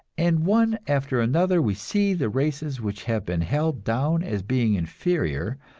and one after another we see the races which have been held down as being inferior,